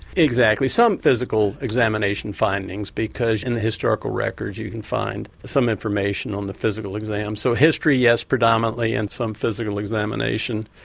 exactly, some physical examination findings because in the historical records you can find some information on the physical exam, so history yes predominately and some physical examination.